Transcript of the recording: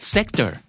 Sector